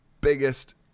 biggest